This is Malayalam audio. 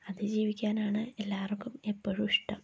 അത് ജീവിക്കാനാണ് എല്ലാവർക്കും എപ്പോഴും ഇഷ്ടം